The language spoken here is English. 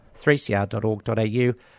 3cr.org.au